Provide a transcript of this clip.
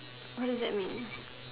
what do that mean